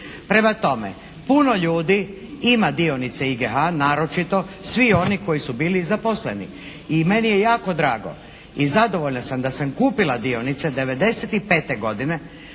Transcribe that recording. Prema tome punu ljudi ima dionice IGH, naročito svi oni koji su bili zaposleni. I meni je jako drago i zadovoljna sam da sam kupila dionice 95. godine